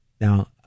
Now